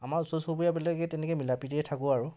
আমাৰ ওচৰ চুবুৰীয়াবিলাকৈ তেনেকৈ মিলা প্ৰীতিৰে থাকোঁ আৰু